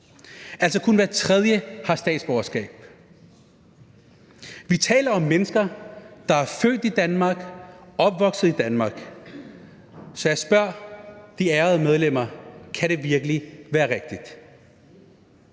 altså kun hver tredje har statsborgerskab. Vi taler om mennesker, der er født i Danmark og opvokset Danmark. Så jeg spørger de ærede medlemmer: Kan det virkelig være rigtigt?